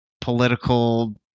political –